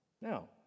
Now